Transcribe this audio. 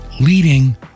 leading